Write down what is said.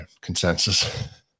consensus